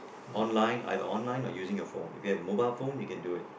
online either online or using your phone you get a mobile phone you can do it